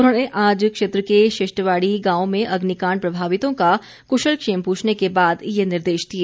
उन्होंने आज क्षेत्र के शिष्टबाड़ी गांव में अग्निकांड प्रभावितों का क्शलक्षेम पूछने के बाद ये निर्देश दिए